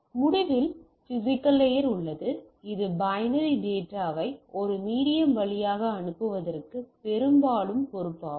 எனவே முடிவில் physical layer உள்ளது இது பைனரி டேட்டாவை ஒரு மீடியம் வழியாக அனுப்புவதற்கு பெரும்பாலும் பொறுப்பாகும்